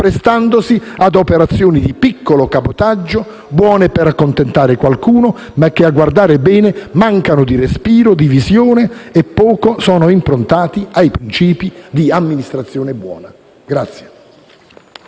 prestandosi a operazioni di piccolo cabotaggio, buone per accontentare qualcuno, ma che a guardar bene mancano di respiro e di visione e poco sono improntate ai principi di buona amministrazione.